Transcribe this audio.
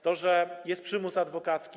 To, że jest przymus adwokacki.